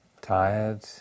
Tired